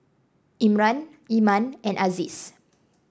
Imran Iman and Aziz